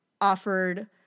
offered